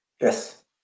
Yes